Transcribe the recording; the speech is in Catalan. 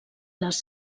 les